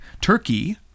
Turkey